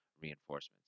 reinforcements